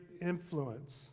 influence